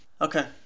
Okay